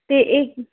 ਅਤੇ ਇਹ